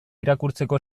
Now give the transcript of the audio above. irakurtzeko